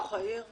בתוך העיר?